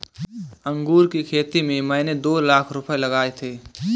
अंगूर की खेती में मैंने दो लाख रुपए लगाए थे